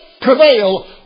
prevail